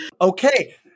Okay